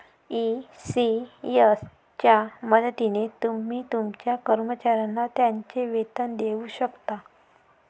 ECS च्या मदतीने तुम्ही तुमच्या कर्मचाऱ्यांना त्यांचे वेतन देऊ शकता